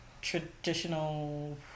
traditional